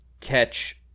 catch